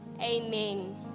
Amen